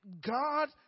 God